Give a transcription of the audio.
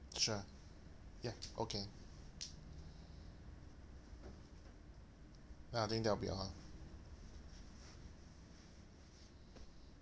sure ya okay no I think that'll be all